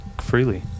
freely